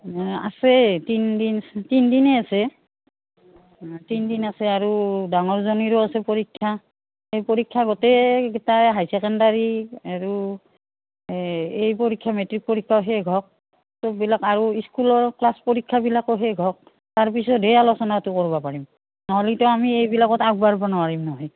আছে তিনিদিন তিনিদিনেই আছে তিনিদিন আছে আৰু ডাঙৰজনীৰো আছে পৰীক্ষা সেই পৰীক্ষা গোটেইকেইটা হাই ছেকেণ্ডাৰী আৰু এ এই পৰীক্ষা মেট্ৰিক পৰীক্ষাও শেষ হওক চববিলাক আৰু স্কুলৰ ক্লাছ পৰীক্ষাবিলাকো শেষ হওক তাৰপিছতহে আলোচনাটো কৰিব পাৰিম নহ'লেতো আমি এইবিলাকত আগবাঢ়িব নোৱাৰিম নহয়